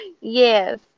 Yes